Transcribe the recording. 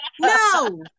No